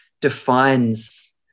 defines